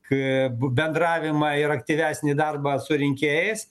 k bu bendravimą ir aktyvesnį darbą su rinkėjais